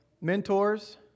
Mentors